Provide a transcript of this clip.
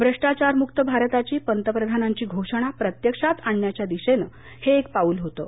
भ्रष्टाचारमुक भारताची पंतप्रधानांची घोषणा प्रत्यक्षात आणण्याच्या दिशेनं हे एक पाऊल होतं